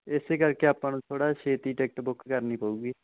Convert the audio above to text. ਇਸ ਕਰਕੇ ਆਪਾਂ ਨੂੰ ਥੋੜ੍ਹਾ ਛੇਤੀ ਟਿਕਟ ਬੁੱਕ ਕਰਨੀ ਪਊਗੀ